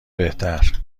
بهتر